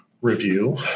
review